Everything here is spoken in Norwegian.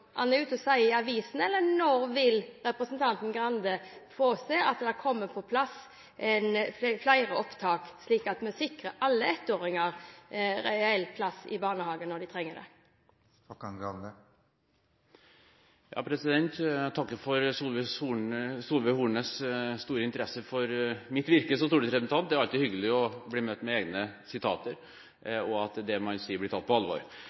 han er ute og sier i avisen? Når vil representanten Stokkan-Grande påse at det kommer på plass flere opptak, slik at vi sikrer alle ettåringer reell plass i barnehagene når de trenger det? Jeg takker for Solveig Hornes store interesse for mitt virke som stortingsrepresentant. Det er alltid hyggelig å bli referert, og at det man sier, blir tatt på alvor.